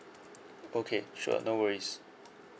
okay sure no worries